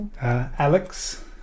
Alex